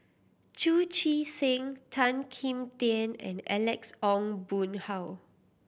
Chu Chee Seng Tan Kim Tian and Alex Ong Boon Hau